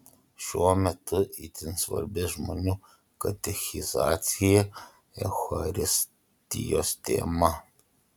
šiuo metu itin svarbi žmonių katechizacija eucharistijos tema